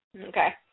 Okay